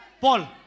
Paul